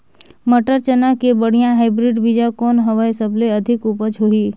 मटर, चना के बढ़िया हाईब्रिड बीजा कौन हवय? सबले अधिक उपज होही?